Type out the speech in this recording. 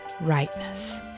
rightness